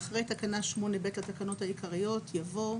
"הוספת תקנה 9 אחרי תקנה 8ב לתקנות העיקריות יבוא: